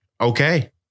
okay